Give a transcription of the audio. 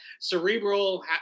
cerebral